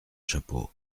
chapeau